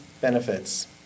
benefits